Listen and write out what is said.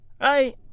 Right